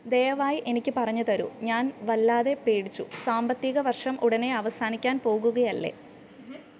ദയവായി എനിക്ക് പറഞ്ഞുതരൂ ഞാൻ വല്ലാതെ പേടിച്ചു സാമ്പത്തിക വർഷം ഉടനെ അവസാനിക്കാൻ പോകുകയല്ലേ